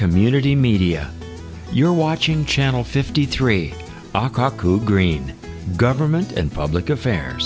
community media you're watching channel fifty three green government and public affairs